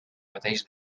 mateix